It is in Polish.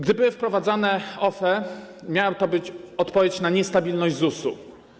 Gdy były wprowadzane OFE, miała to być odpowiedź na niestabilność ZUS-u.